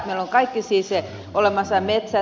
meillä on siis kaikki olemassa